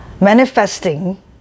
manifesting